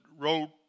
wrote